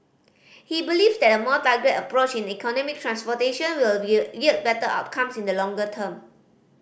he believes that a more targeted approach in economic transformation would yield better outcomes in the longer term